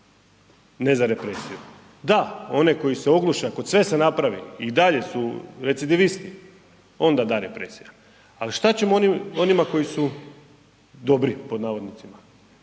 ne za represiju. Da, one koji se ogluše, ako sve se napravi i dalje su recidivisti onda da represija. Ali šta ćemo onima koji su dobri pod navodnicima?